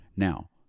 Now